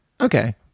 Okay